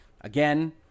again